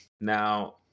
Now